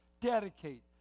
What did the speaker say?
dedicate